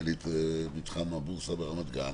היה לי את מתחם הבורסה ברמת גן,